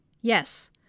Yes